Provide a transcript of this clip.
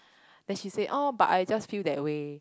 then she say oh but I just feel that way